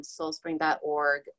soulspring.org